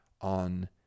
on